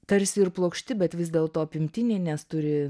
tarsi ir plokšti bet vis dėlto apimtiniai nes turi